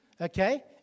okay